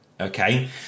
Okay